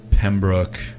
Pembroke